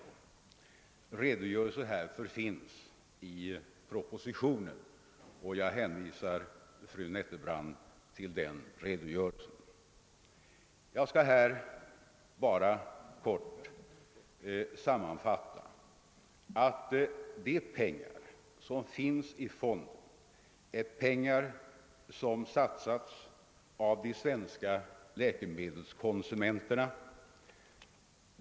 En redogörelse härför finns i propositionen, och jag hänvisar fru Nettelbrandt till denna redogörelse. Jag skall bara helt kort sammanfatta: de pengar som finns i fonden har satsats av de svenska läkemedelskonsumenterna.